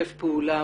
לשתף פעולה